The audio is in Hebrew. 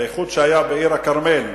האיחוד שהיה בעיר הכרמל,